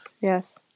Yes